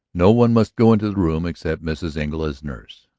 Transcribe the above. no one must go into the room except mrs. engle as nurse.